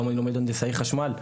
היום אני לומד הנדסאי חשמל.